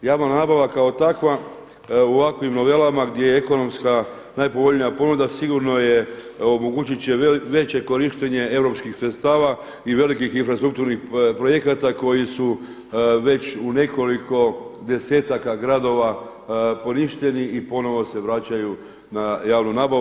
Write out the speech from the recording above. Javna nabava kao takva u ovakvim novelama gdje je ekonomska najpovoljnija ponuda sigurno je omogućit će veće korištenje europskih sredstava i velikih infrastrukturnih projekata koji su već u nekoliko desetaka gradova poništeni i ponovno se vraćaju na javnu nabavu.